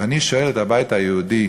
ואני שואל את הבית היהודי,